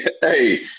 Hey